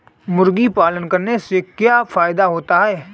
मुर्गी पालन करने से क्या फायदा होता है?